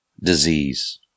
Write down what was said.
Disease